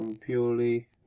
Purely